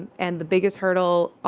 and the biggest hurdle,